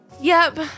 Yep